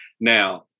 Now